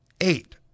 eight